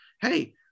hey